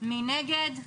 מי נגד?